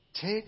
Take